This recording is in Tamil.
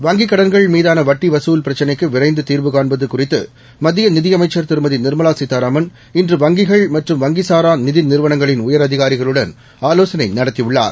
வங்கிக்கடன்கள் மீதான வட்டி வசூல் பிரச்சினைக்கு விரைந்து தீர்வு காண்பது குறித்து மத்திய நிதியமைச்சர் திருமதி நிர்மலா சீதாராமன் இன்று வங்கிகள் மற்றும் வங்கிசாரா நிதி நிறுவனங்களின் உயரதிகாரிகளுடன் ஆலோசனை நடத்தியுள்ளார்